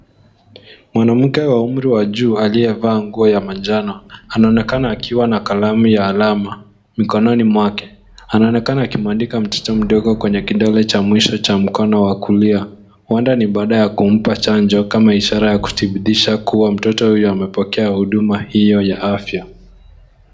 Mwanamke wa umri wa juu aliyevaa nguo ya manjano anaonekana akiwa na kalamu ya alama mikononi mwake. Anaonekana akimwandika mtoto mdogo kwenye kidole cha mwisho cha mkono wa kulia, huenda ni baada ya kumpa chanjo kama ishara ya kudhibitisha kuwa mtoto huyo amepokea huduma hio ya afya.